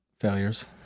failures